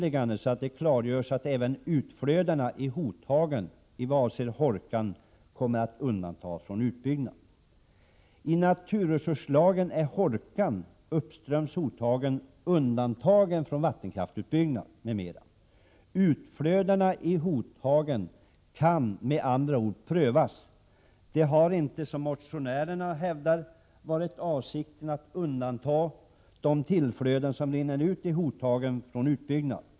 I naturresurslagen är ”Hårkan uppströms Hotagen” undantagen från vattenkraftsutbyggnad m.m. Utflödena i Hotagen kan med andra ord prövas. Det har inte, som motionärerna hävdar, varit avsikten att undanta de flöden som rinner ut i Hotagen från utbyggnad.